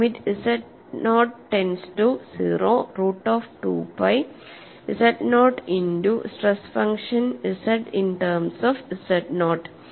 limit z naught tends to 0 root of 2 pi z naught into stress function Z in terms of z not